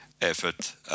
effort